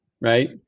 right